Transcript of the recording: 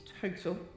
total